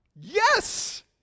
Yes